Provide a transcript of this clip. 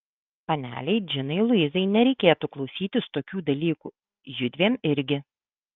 panelei džinai luizai nereikėtų klausytis tokių dalykų judviem irgi